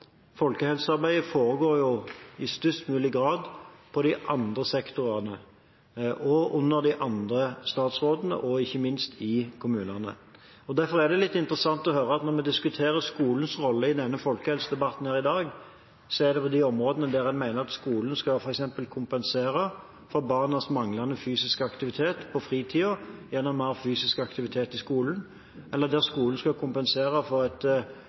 folkehelsearbeidet foregår i størst mulig grad på de andre sektorene – under de andre statsrådene – og ikke minst i kommunene. Derfor er det litt interessant å høre at når vi diskuterer skolens rolle i folkehelsedebatten i dag, handler det om de områdene der en mener skolen f.eks. skal kompensere for barnas manglende fysiske aktivitet på fritiden gjennom mer fysisk aktivitet i skolen, eller der skolen skal kompensere for et